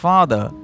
Father